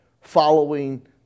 following